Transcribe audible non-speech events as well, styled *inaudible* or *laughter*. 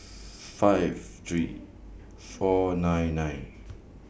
*noise* five three four nine nine